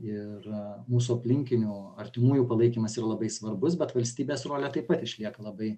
ir mūsų aplinkinių artimųjų palaikymas yra labai svarbus bet valstybės rolė taip pat išlieka labai